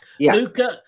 Luca